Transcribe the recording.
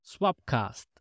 Swapcast